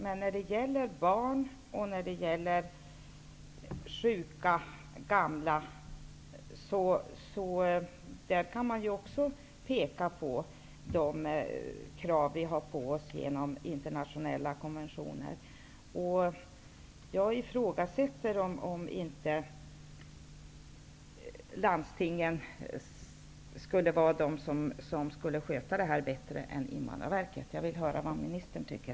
Men i fråga om barn och gamla finns det anledning att peka på de krav vi har på oss ge nom internationella konventioner. Jag ifrågasät ter om inte landstingen skulle sköta det här bättre än Invandrarverket. Jag vill höra vad ministern tycker.